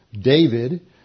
David